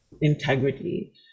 integrity